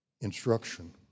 instruction